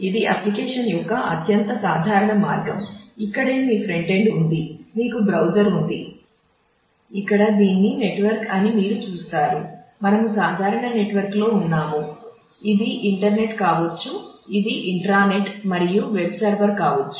ఇది అప్లికేషన్ కావచ్చు